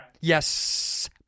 Yes